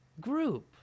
group